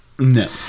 No